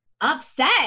upset